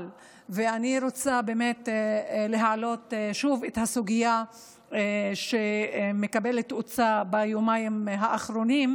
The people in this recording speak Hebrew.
אבל אני רוצה להעלות שוב את הסוגיה שמקבלת תאוצה ביומיים האחרונים,